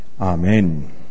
Amen